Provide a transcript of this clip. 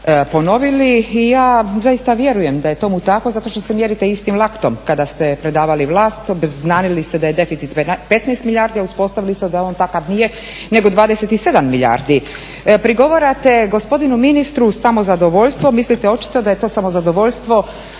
i ja zaista vjerujem da je tomu tako zato što se mjerite istim laktom. Kada ste predavali vlast obznanili ste da je deficit 15 milijardi a uspostavili smo da on takav nije nego 27 milijardi. Prigovarate gospodinu ministru samozadovoljstvo, mislite očito da je to samozadovoljstvo